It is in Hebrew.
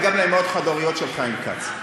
וגם לאימהות החד-הוריות של חיים כץ.